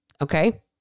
Okay